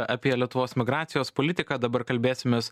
apie lietuvos migracijos politiką dabar kalbėsimės